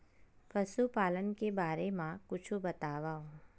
पशुपालन के बारे मा कुछु बतावव?